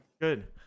good